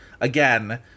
again